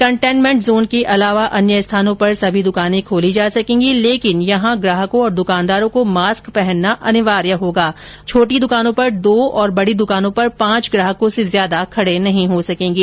containment zone के अलावा अन्य स्थानों पर सभी दुकानें खोली जा सकेंगी लेकिन यहां ग्राहकों और दुकानदारों को मास्क पहनना अनिवार्य होगा तथा छोटी दुकानों पर दो और बडी दुकानों पर पांच ग्राहकों से ज्यादा खडे नहीं हो सकेंगे